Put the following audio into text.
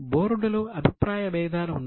బోర్డులో అభిప్రాయ భేదాలు ఉన్నాయి